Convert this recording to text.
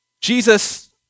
Jesus